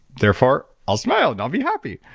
therefore, i'll smile and i'll be happy,